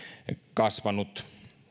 kasvanut